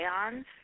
ions